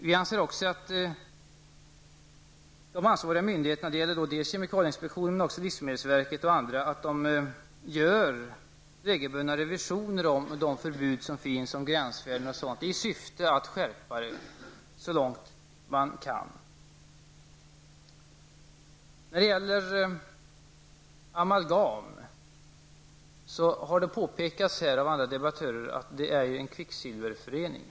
Vi anser också att de ansvariga myndigheterna -- dels kemikalieinspektionen, dels livsmedelsverket och andra -- skall göra regelbundna revisioner i syfte att skärpa bestämmelserna så långt det är möjligt. Andra debattörer har påpekat att amalgam är en kvicksilverförening.